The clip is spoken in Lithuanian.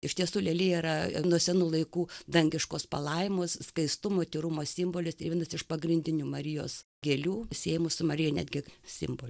iš tiesų lelija yra nuo senų laikų dangiškos palaimos skaistumo tyrumo simbolis vienas iš pagrindinių marijos gėlių siejamų su marija netgi simboliu